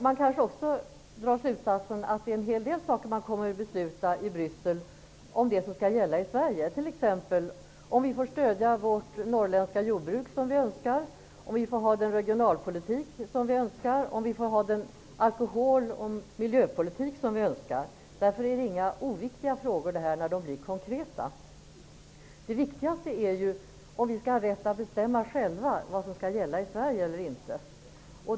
Vi kanske också drar slutsatsen att det är en hel del av det som skall gälla i Sverige som det kommer att fattas beslut om i Bryssel, t.ex. om vi får stödja vårt norrländska jordbruk som vi önskar, om vi får föra den regionalpolitik som vi önskar, om vi får föra den alkohol och miljöpolitik som vi önskar. Det här är inga oviktiga frågor när de blir konkreta. Det viktigaste är ju om vi skall ha rätt att själva bestämma vad som skall gälla i Sverige.